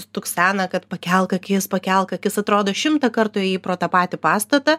stuksena kad pakelk akies pakelk akis atrodo šimtą kartų ėjai pro tą patį pastatą